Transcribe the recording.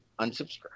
unsubscribe